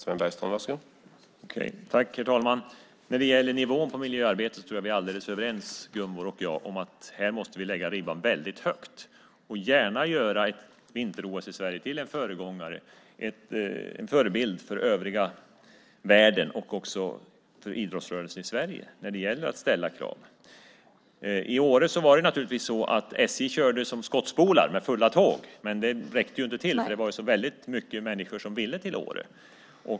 Herr talman! När det gäller nivån på miljöarbetet tror jag att vi är alldeles överens, Gunvor och jag. Här måste vi lägga ribban högt och gärna göra ett vinter-OS till en förebild för övriga världen och också för idrottsrörelsen i Sverige när det gäller att ställa krav. SJ körde till Åre med fulla tåg, men det räckte inte till, för det var så väldigt många som ville dit.